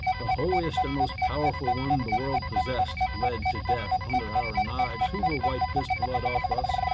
the holiest and most powerful one the world possessed bled to death under our knives, who will wipe this blood off us?